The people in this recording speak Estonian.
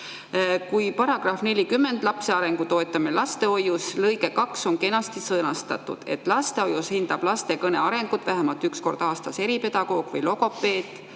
Kuna § 40 "Lapse arengu toetamine lastehoius" lõikes 2 on kenasti sõnastatud, et lastehoius hindab laste kõne arengut vähemalt üks kord aastas eripedagoog või logopeed,